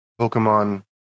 Pokemon